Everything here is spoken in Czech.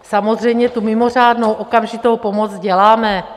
Samozřejmě tu mimořádnou okamžitou pomoc děláme.